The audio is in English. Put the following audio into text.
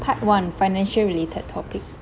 part one financial related topic